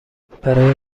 برای